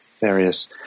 various